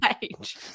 page